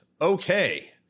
okay